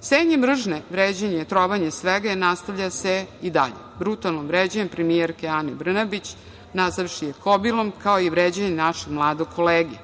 Sejanje mržnje, vređanje, trovanje svega nastavlja se i dalje. Brutalno vređanje premijerke Ane Brnabić nazvavši je "kobilom", kao i vređanje našeg mladog kolege.